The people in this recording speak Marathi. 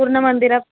पूर्ण मंदिरात